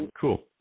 Cool